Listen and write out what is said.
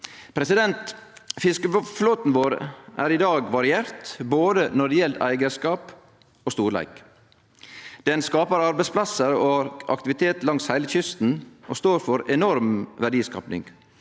Fiskeflåten vår er i dag variert når det gjeld både eigarskap og storleik. Han skapar arbeidsplassar og aktivitet langs heile kysten og står for ei enorm verdiskaping.